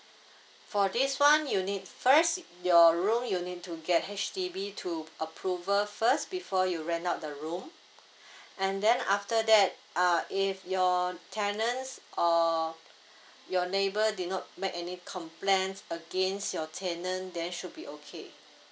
for this one you need first your room you need to get H_D_B to approval first before you rent out the room and then after that uh if your tenants or your neighbour did not make any complaints against your tenant then should be okay